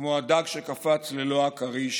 כמו הדג שקפץ ללוע הכריש